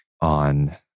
on